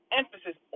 emphasis